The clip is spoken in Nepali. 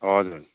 हजुर